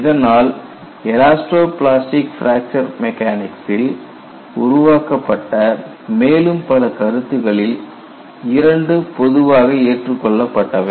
இதனால் elastoplastic fracture மெக்கானிக்சில் உருவாக்கப்பட்ட மேலும் பல கருத்துக்களில் இரண்டு பொதுவாக ஏற்றுக்கொள்ளப்பட்டவை